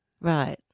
Right